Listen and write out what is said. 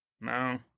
No